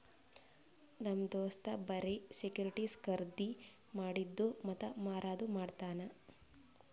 ನಮ್ ದೋಸ್ತ್ ಬರೆ ಸೆಕ್ಯೂರಿಟಿಸ್ ಖರ್ದಿ ಮಾಡಿದ್ದು ಮತ್ತ ಮಾರದು ಮಾಡ್ತಾನ್